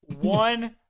One